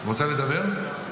רוצה לדבר?